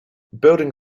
building